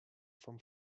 from